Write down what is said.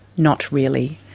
not really.